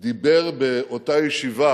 דיבר באותה ישיבה